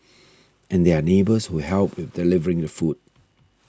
and there are neighbours who help with delivering the food